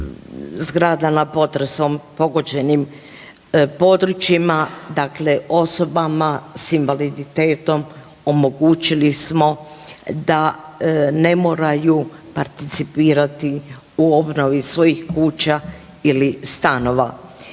zgrada na potresom pogođenim područjima, dakle osobama s invaliditetom omogućili smo da ne moraju participirati u obnovi svojih kuća ili stanova.